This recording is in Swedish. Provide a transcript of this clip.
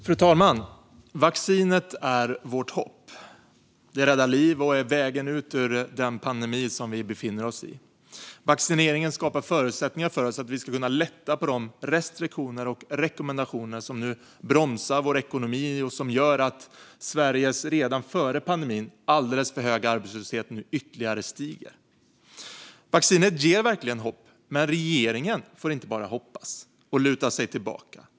Fru talman! Vaccinet är vårt hopp. Det räddar liv och är vägen ut ur den pandemi vi befinner oss i. Vaccineringen skapar förutsättningar för att vi ska kunna lätta på de restriktioner och rekommendationer som bromsar vår ekonomi och gör att Sveriges redan före pandemin alldeles för höga arbetslöshet nu stiger ytterligare. Vaccinet ger verkligen hopp, men regeringen får inte bara hoppas och luta sig tillbaka.